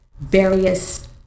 various